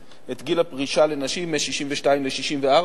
את גיל הפרישה לנשים מ-62 ל-64.